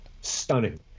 stunning